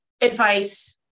advice